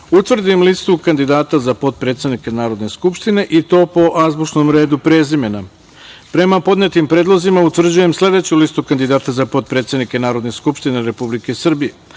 utvrdim listu kandidata za potpredsednike Narodne skupštine, i to po azbučnom redu prezimena. Prema podnetim predlozima, utvrđujem sledeću listu kandidata za potpredsednike Narodne skupštine Republike Srbije:1.